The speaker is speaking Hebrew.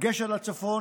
בדגש על הצפון,